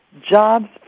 Jobs